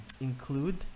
include